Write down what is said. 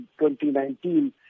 2019